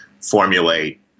formulate